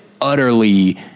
utterly